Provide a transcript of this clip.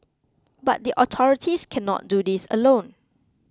but the authorities cannot do this alone